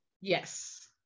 Yes